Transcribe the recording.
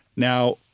now,